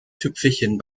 tüpfelchen